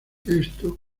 esto